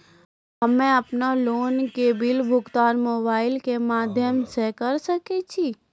हम्मे अपन लोन के बिल भुगतान मोबाइल के माध्यम से करऽ सके छी?